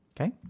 Okay